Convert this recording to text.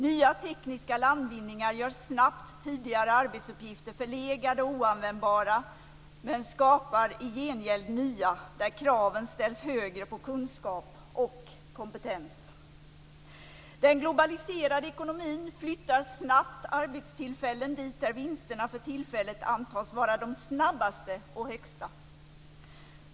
Nya tekniska landvinningar gör snabbt tidigare arbetsuppgifter förlegade och oanvändbara, men skapar i gengäld nya där kraven på kunskap och kompetens ställs högre. Den globaliserade ekonomin flyttar snabbt arbetstillfällen dit där vinsterna för tillfället antas vara de snabbaste och de högsta.